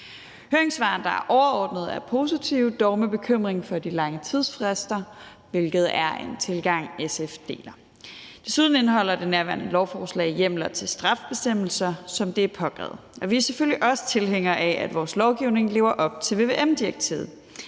Høringssvarene er overordnet positive, dog med bekymring for de lange tidsfrister, hvilket er en tilgang, SF deler. Desuden indeholder det nærværende lovforslag hjemler til straffebestemmelser, som det er påkrævet. Vi er selvfølgelig også tilhængere af, at vores lovgivning lever op til vvm-direktivet.